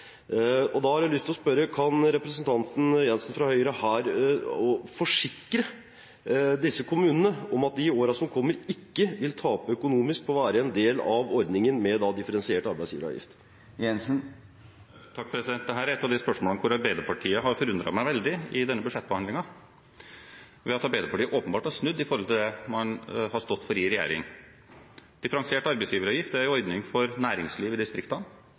nøytral. Da har jeg lyst til å spørre: Kan representanten Jenssen fra Høyre forsikre disse kommunene om at de i årene som kommer, ikke vil tape økonomisk på å være en del av ordningen med differensiert arbeidsgiveravgift? Dette er et av de spørsmålene hvor Arbeiderpartiet har forundret meg veldig i denne budsjettbehandlingen, ved at de åpenbart har snudd i forhold til det de har stått for i regjering. Differensiert arbeidsgiveravgift er en ordning for næringsliv i distriktene,